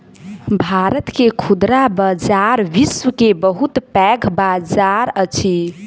भारत के खुदरा बजार विश्व के बहुत पैघ बजार अछि